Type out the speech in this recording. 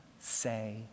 say